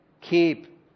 keep